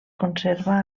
conserva